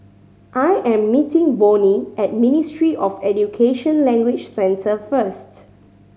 I am meeting Vonnie at Ministry of Education Language Centre first